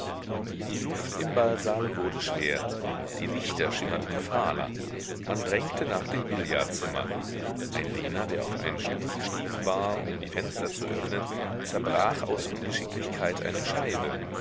die luft im ballsaale wurde schwer die lichter schimmerten fahler man drängte nach dem billardzimmer ein diener der auf einen stuhl gestiegen war um die fenster zu öffnen zerbrach aus ungeschicklichkeit eine scheibe